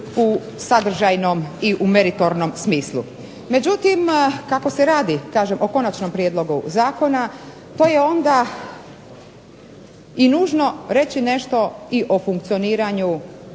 u sadržajnom i u meritornom smislu. Međutim kako se radi kažem o konačnom prijedlogu zakona, to je onda i nužno reći nešto i o funkcioniranju